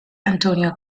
antonia